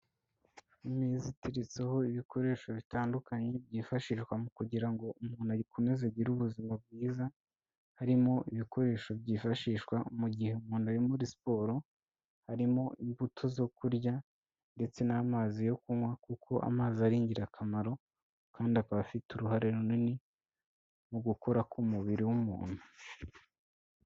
Imeza iteretseho ibikoresho bitandukanye byifashishwa mu kugira ngo umuntu akomeze agire ubuzima bwiza, harimo ibikoresho byifashishwa mu gihe umuntu ari muri siporo, harimo imbuto zo kurya ndetse n'amazi yo kunywa, kuko amazi ari ingirakamaro kandi akaba afite uruhare runini mu gukora k'umubiri w'umuntu.